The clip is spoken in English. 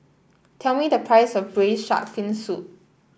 tell me the price of Braised Shark Fin Soup